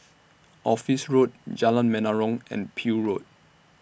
Office Road Jalan Menarong and Peel Road